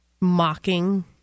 mocking